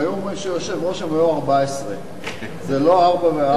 אם היו אומרים שהוא יושב-ראש הם היו 14. זה לא ארבעה וארבעה.